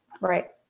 Right